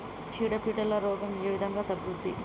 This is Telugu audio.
చీడ పీడల రోగం ఏ విధంగా తగ్గుద్ది?